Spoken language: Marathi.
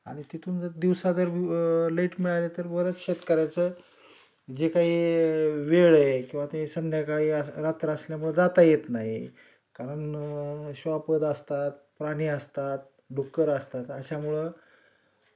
आणि तिथून जर दिवसा जर लैट मिळालं तर बऱ्याच शेतकऱ्याचं जे काही वेळ आहे किंवा ते संध्याकाळी रात्र असल्यामुळं जाता येत नाही कारण श्वापद असतात प्राणी असतात डुक्कर असतात अशामुळं